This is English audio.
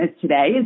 today